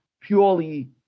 purely